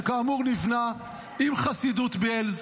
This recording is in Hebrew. שכאמור נבנה עם חסידות בעלז,